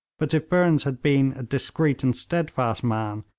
but if burnes had been a discreet and steadfast man,